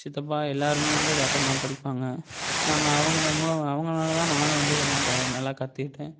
சித்தப்பா எல்லோருமே வந்து இதாட்டம் தான் படிப்பாங்க நாங்கள் அவர்கள மூலம் அவர்களால தான் நானும் வந்து இதெல்லாம் க நல்லா கற்றுக்கிட்டேன்